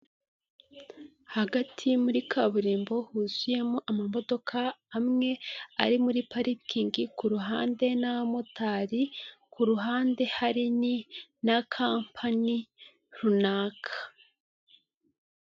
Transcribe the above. Hagati muri kaburimbo huzuyemo amamodoka amwe ari muri parikingi, ku ruhande n'abamotari, ku ruhande hari na kampani runaka.